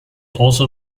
also